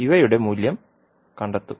ഇവയുടെ മൂല്യം കണ്ടെത്തും